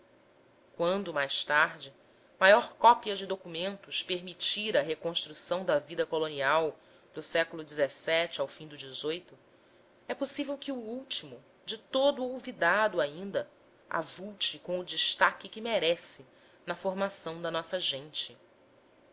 quando mais tarde maior cópia de documentos permitir a reconstrução da vida colonial do século xvi ao fim do xviii é possível que o último de todo olvidado ainda avulte com o destaque que merece na formação da nossa gente